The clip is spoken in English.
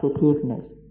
positiveness